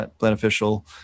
beneficial